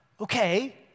Okay